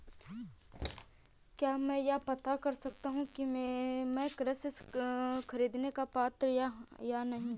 क्या मैं यह पता कर सकता हूँ कि मैं कृषि ऋण ख़रीदने का पात्र हूँ या नहीं?